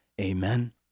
Amen